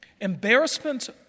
Embarrassment